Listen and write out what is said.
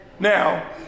Now